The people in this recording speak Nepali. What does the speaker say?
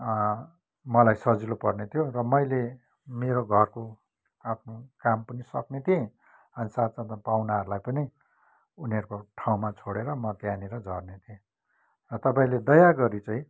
मलाई सजिलो पर्ने थियो र मैले मेरो घरको आफ्नो काम पनि सक्ने थिएँ अन्त साथ साथमा पाउनाहरूलाई पनि उनीहरूको ठाउँमा छोडेर म त्यहाँनिर झर्ने थिएँ र तपाईँले दया गरी चाहिँ